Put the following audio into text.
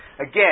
Again